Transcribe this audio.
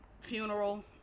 funeral